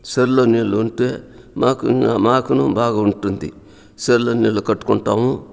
చెర్లో నీళ్లు ఉంటే మాకును మాకును బాగుంటుంది చెర్లో నీళ్లు కట్టుకుంటాము